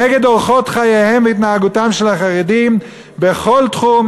נגד אורחות חייהם והתנהגותם של החרדים בכל תחום,